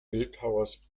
bildhauers